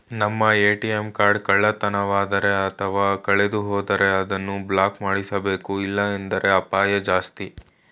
ನಮ್ಮ ATM card ಕಳ್ಳತನವಾದರೆ ಅಥವಾ ಕಳೆದುಹೋದರೆ ಅದನ್ನು ಬ್ಲಾಕ್ ಮಾಡಿಸಬೇಕು ಇಲ್ಲಾಂದ್ರೆ ಅಪಾಯ ಜಾಸ್ತಿ